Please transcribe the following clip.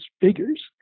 figures